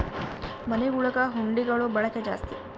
ಮನೆಗುಳಗ ಹುಂಡಿಗುಳ ಬಳಕೆ ಜಾಸ್ತಿ